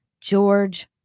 George